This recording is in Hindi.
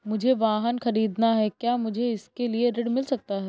मुझे वाहन ख़रीदना है क्या मुझे इसके लिए ऋण मिल सकता है?